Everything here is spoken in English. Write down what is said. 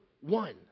one